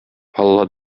алла